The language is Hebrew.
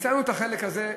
את החלק הזה,